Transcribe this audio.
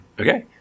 Okay